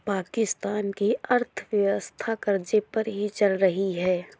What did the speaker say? पाकिस्तान की अर्थव्यवस्था कर्ज़े पर ही चल रही है